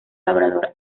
labrador